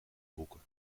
boeken